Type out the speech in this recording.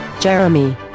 Jeremy